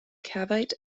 cavite